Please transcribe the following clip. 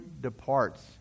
departs